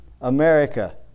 America